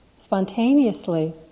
spontaneously